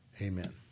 Amen